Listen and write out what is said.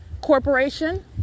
Corporation